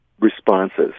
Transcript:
responses